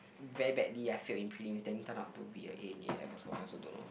very badly I failed in prelims then turn out to be a A in A-levels or what I also don't know